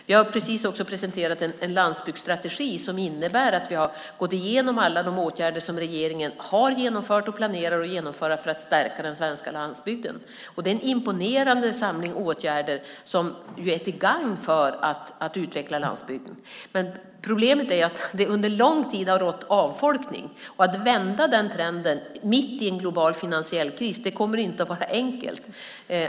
Jag har precis också presenterat en landsbygdsstrategi, som innebär att vi har gått igenom alla de åtgärder som regeringen har genomfört och planerar att genomföra för att stärka den svenska landsbygden. Det är en imponerande samling åtgärder som ju är till gagn för att utveckla landsbygden. Problemet är att det under lång tid har rått avfolkning. Att vända den trenden mitt i en global finansiell kris kommer inte att vara enkelt.